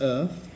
Earth